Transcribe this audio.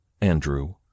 Andrew